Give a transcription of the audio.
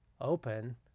open